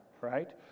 right